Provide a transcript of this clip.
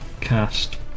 cast